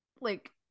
like-